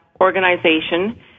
organization